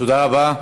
תודה רבה.